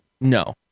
No